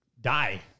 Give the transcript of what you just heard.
die